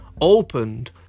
Opened